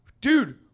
Dude